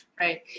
right